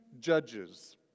judges